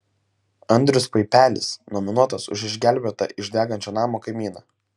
andrius paipelis nominuotas už išgelbėtą iš degančio namo kaimyną